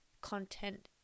content